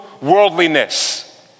worldliness